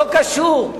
לא קשור.